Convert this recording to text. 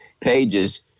pages